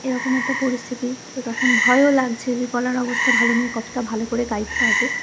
এরকম একটা পরিস্থিতি তো তখন ভয়ও লাগছে যে গলার অবস্থা ভালো নেই কতটা ভালো করে গাইতে পারব